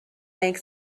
bank